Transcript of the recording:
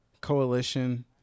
Coalition